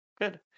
Good